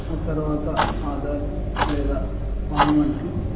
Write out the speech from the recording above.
తర్వాత ఆధార్ లేదా పాన్ వంటి